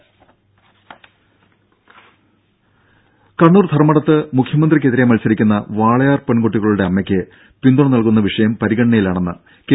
രും കണ്ണൂർ ധർമടത്ത് മുഖ്യമന്ത്രിക്കെതിരെ മത്സരിക്കുന്ന വാളയാർ പെൺകുട്ടികളുടെ അമ്മയ്ക്ക് പിന്തുണ നൽകുന്ന വിഷയം പരിഗണനയിലാണെന്ന് കെ